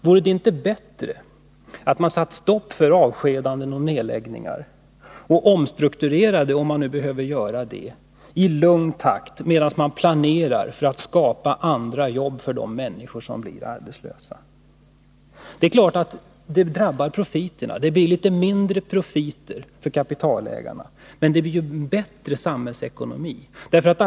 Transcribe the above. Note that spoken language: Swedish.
Vore det inte bättre att sätta stopp för avskedanden och nedläggningar och omstrukturera — om det nu behövs — i lugn takt medan man planerar för att skapa andra jobb för de människor som blir arbetslösa? Det är klart att det drabbar profiterna. Det blir litet mindre profiter för kapitalägarna, men samhällsekonomin blir bättre.